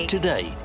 Today